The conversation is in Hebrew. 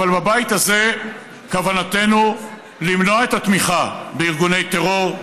אבל בבית הזה כוונתנו למנוע את התמיכה בארגוני טרור,